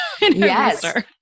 Yes